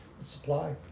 supply